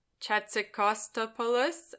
Chatsikostopoulos